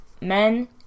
men